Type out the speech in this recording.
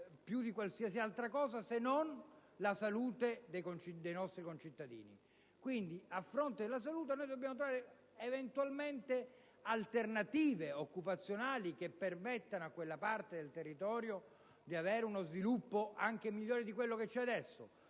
più di qualsiasi altra cosa, se non la salute dei nostri concittadini: a fronte della salute, dobbiamo trovare eventualmente alternative occupazionali che permettano a quella parte del territorio di avere uno sviluppo anche migliore di quello che c'è adesso;